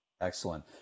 Excellent